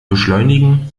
beschleunigen